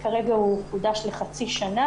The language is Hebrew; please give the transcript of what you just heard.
כרגע הוא חודש לחצי שנה